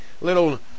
little